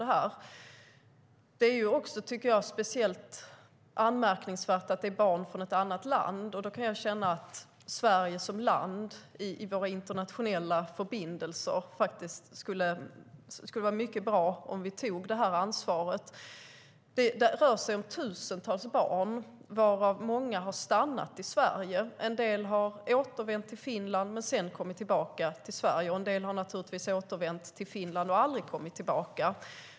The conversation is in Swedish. Det är också, tycker jag, speciellt anmärkningsvärt att det är barn från ett annat land. Jag kan känna att det skulle vara mycket bra för våra internationella förbindelser om Sverige som land tog det här ansvaret. Det rör sig om tusentals barn, varav många har stannat i Sverige. En del har återvänt till Finland men sedan kommit tillbaka till Sverige; en del har naturligtvis återvänt till Finland och aldrig kommit tillbaka.